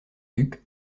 duc